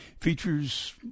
Features